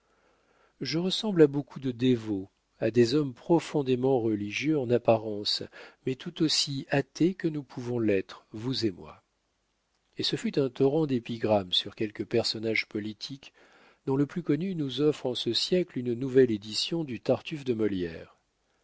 je ressemble à beaucoup de dévots à des hommes profondément religieux en apparence mais tout aussi athées que nous pouvons l'être vous et moi et ce fut un torrent d'épigrammes sur quelques personnages politiques dont le plus connu nous offre en ce siècle une nouvelle édition du tartufe de molière